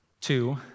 two